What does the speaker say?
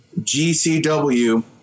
GCW